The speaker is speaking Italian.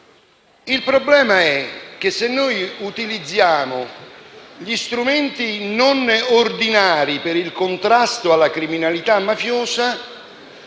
Il problema è che, se noi utilizziamo gli strumenti non ordinari per il contrasto alla criminalità mafiosa